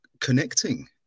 connecting